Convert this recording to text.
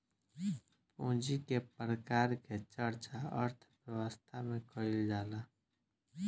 पूंजी के प्रकार के चर्चा अर्थव्यवस्था में कईल जाला